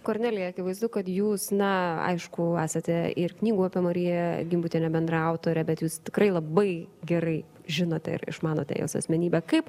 kornelija akivaizdu kad jūs na aišku esate ir knygų apie mariją gimbutienę bendraautorė bet jūs tikrai labai gerai žinote ir išmanote jos asmenybę kaip